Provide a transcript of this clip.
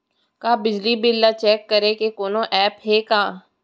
का बिजली बिल ल चेक करे के कोनो ऐप्प हे का?